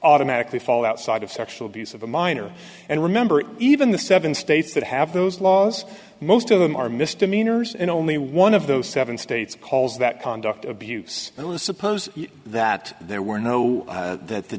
automatically fall outside of sexual abuse of a minor and remember even the seven states that have those laws most of them are misdemeanors and only one of those seven states calls that conduct abuse it was suppose that there were no that the